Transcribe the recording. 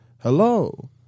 hello